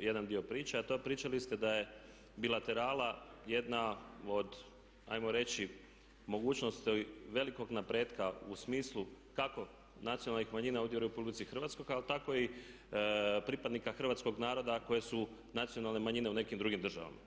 jedan dio priče a tad pričali ste da je bilaterala jedna od ajmo reći mogućnost velikog napretka u smislu kako nacionalnih manjina ovdje u Republici Hrvatskoj ali tako i pripadnika hrvatskog naroda a koje su nacionale manjine u nekim drugim državama.